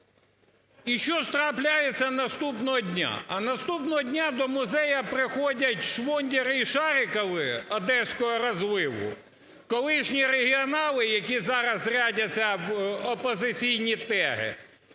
І що ж трапляється наступного дня? А наступного дня до музею приходять "швондери" і "шарикови" одеського розливу, колишні регіонали, які зараз рядяться в опозиційні тери,